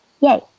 yay